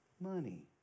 money